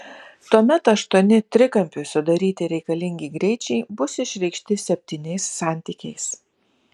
tuomet aštuoni trikampiui sudaryti reikalingi greičiai bus išreikšti septyniais santykiais